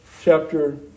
chapter